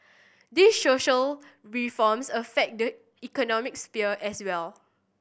these social reforms affect the economic sphere as well